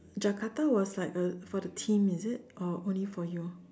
Jakarta was like uh for the team is it or only for you